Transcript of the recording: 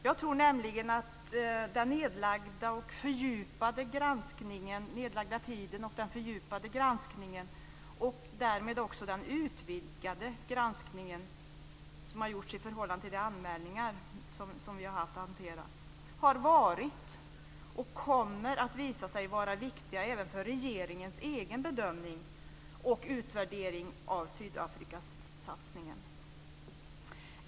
Jag tror nämligen att den nedlagda tiden, den fördjupade granskningen och därmed också den utvidgade granskningen, som har gjorts i förhållande till de anmälningar som vi har haft att hantera, har varit och kommer att visa sig vara viktiga även för regeringens egna bedömning och utvärdering av Sydafrikasatsningen.